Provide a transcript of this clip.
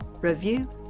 review